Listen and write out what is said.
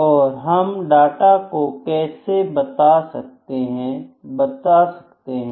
और हम डाटा को कैसे बता सकते हैं बता सकते हैं